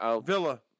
Villa